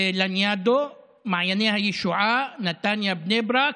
לניאדו, מעייני הישועה, נתניה, בני ברק,